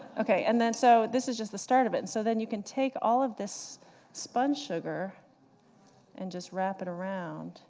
ok, and then so this is just the start of it. so then you can take all of this spun sugar and just wrap it around